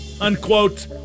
Unquote